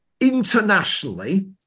Internationally